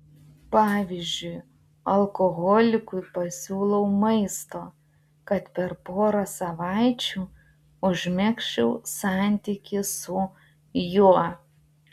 pavyzdžiui alkoholikui pasiūlau maisto kad per porą savaičių užmegzčiau santykį su juo